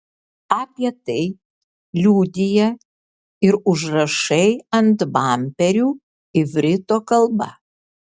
apie tai liudija ir užrašai ant bamperių ivrito kalba